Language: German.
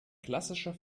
klassischer